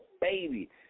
baby